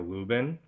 Lubin